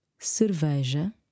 cerveja